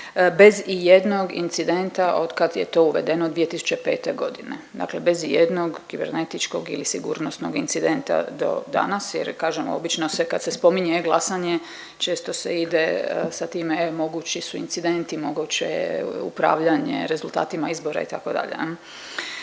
bez ijednog incidenta od kad je to uvedeno 2005. godine, dakle bez ijednog kibernetičkog ili sigurnosnog incidenta do danas jer kažem obično se kad se spominje e-glasanje često se ide sa time e mogući su incidenti, moguće upravljanje rezultatima izbora itd.